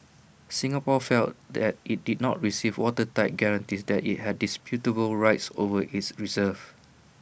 Singapore felt that IT did not receive watertight guarantees that IT had indisputable rights over its reserves